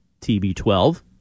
TB12